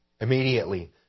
Immediately